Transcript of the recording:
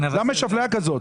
למה יש אפליה כזאת?